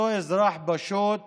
אותו אזרח פשוט